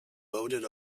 voted